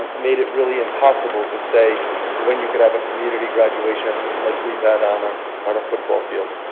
made it really impossible to say when you could have a community graduation like we had on ah on a football field?